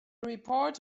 report